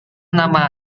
nama